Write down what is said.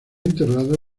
enterrado